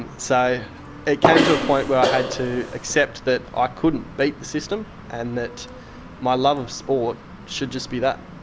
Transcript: and so it came to a point where i had to accept that i couldn't beat the system and that my love of sport should just be that.